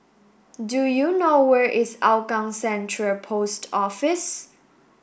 do you know where is Hougang Central Post Office